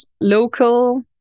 local